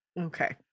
Okay